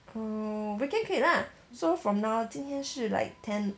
err weekend 可以啦 so from now 今天是 like ten